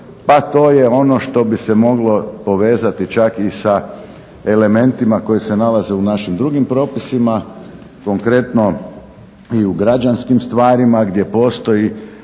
Pa to je ono što bi se moglo povezati čak i sa elementima koji se nalaze u našim drugim propisima, konkretno i u građanskim stvarima gdje postoji